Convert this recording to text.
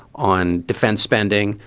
on defense spending,